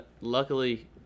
Luckily